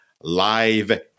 Live